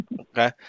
Okay